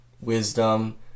wisdom